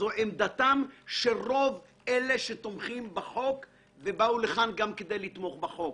זאת עמדתם של רוב אלה שתומכים בחוק ובאו לכאן לתמוך בחוק.